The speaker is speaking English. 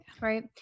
Right